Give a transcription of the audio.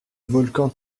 volcan